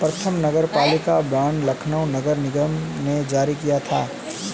प्रथम नगरपालिका बॉन्ड लखनऊ नगर निगम ने जारी किया था